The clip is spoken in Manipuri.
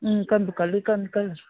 ꯎꯝ ꯀꯟꯕꯨ ꯀꯜꯂꯤ ꯀꯟꯕꯨ ꯀꯜꯂꯤ